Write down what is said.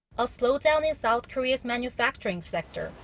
a slowdown in south korea's manufacturing sector.